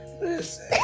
listen